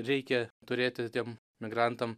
reikia turėti tiem migrantam